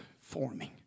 forming